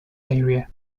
area